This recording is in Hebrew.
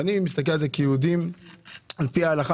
ואני מסתכל על זה כיהודים על פי ההלכה,